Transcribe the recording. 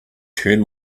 turn